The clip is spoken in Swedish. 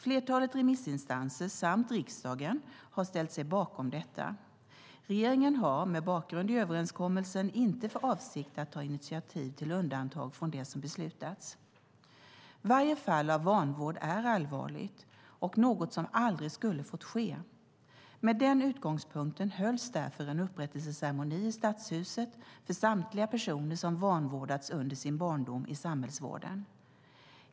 Flertalet remissinstanser samt riksdagen har ställt sig bakom detta. Regeringen har, med bakgrund i överenskommelsen, inte för avsikt att ta initiativ till undantag från det som beslutats. Varje fall av vanvård är allvarligt och något som aldrig skulle ha fått ske. Med den utgångspunkten hölls därför en upprättelseceremoni i Stadshuset för samtliga personer som vanvårdats under sin barndom i samhällsvården.